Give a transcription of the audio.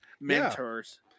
mentors